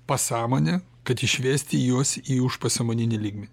pasąmonę kad išvesti juos į užpasąmoninį lygmenį